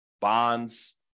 bonds